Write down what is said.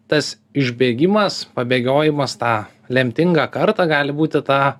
tas išbėgimas pabėgiojimas tą lemtingą kartą gali būti ta